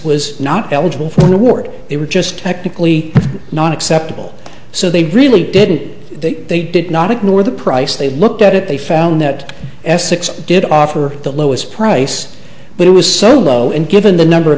was not eligible for an award it was just technically not acceptable so they really did they they did not ignore the price they looked at it they found that essex did offer the lowest price but it was so low and given the number of